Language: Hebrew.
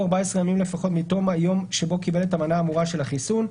14 ימים לפחות מתום היום שבו קיבל את המנה האמורה של החיסון,